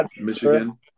Michigan